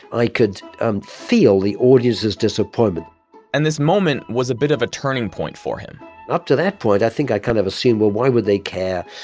i could um feel the audience's disappointment and this moment was a bit of a turning point for him up to that point, i think i kind of assumed, well, why would they care?